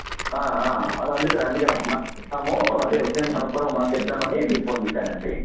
అలా అందుకే అందుకనే ఒక మాట చెబుదామూ అదే విషయం కనుక్కొని ఒక మాట చెబుదామని మీకు ఫోన్ చేసానండి